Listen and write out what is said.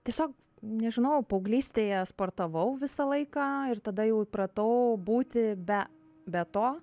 tiesiog nežinau paauglystėje sportavau visą laiką ir tada jau įpratau būti be be to